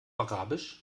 arabisch